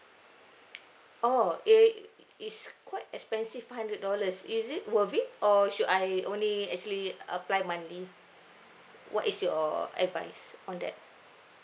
oh err it's quite expensive five hundred dollars is it worth it or should I only actually apply monthly what is your advice on that